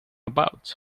about